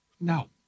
No